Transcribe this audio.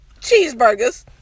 cheeseburgers